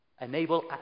enable